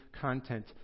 content